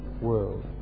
world